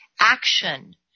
action